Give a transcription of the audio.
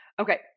Okay